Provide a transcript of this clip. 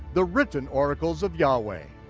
the written oracles of yahweh.